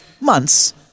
months